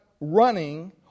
running